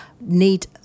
need